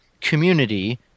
community